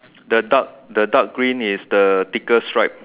the dark the dark green is the thicker stripe